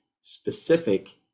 specific